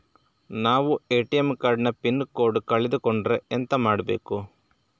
ನಾವು ಎ.ಟಿ.ಎಂ ಕಾರ್ಡ್ ನ ಪಿನ್ ಕೋಡ್ ಕಳೆದು ಕೊಂಡ್ರೆ ಎಂತ ಮಾಡ್ಬೇಕು?